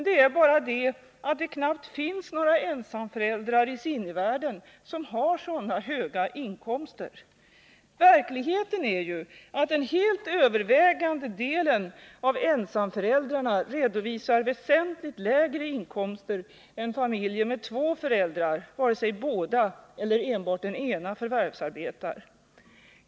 Det är bara det att det knappast finns några ensamföräldrar i sinnevärlden som har sådana höga inkomster. Verkligheten är att den helt övervägande delen av ensamföräldrarna redovisar väsentligt lägre inkomster än familjer med två föräldrar, vare sig båda eller enbart den ena förvärvsarbetar.